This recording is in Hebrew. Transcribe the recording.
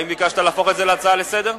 האם ביקשת להפוך את זה להצעה לסדר-היום?